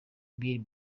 billy